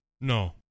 No